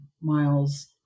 miles